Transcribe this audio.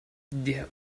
der